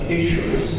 issues